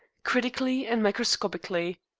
critically and microscopically.